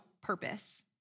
purpose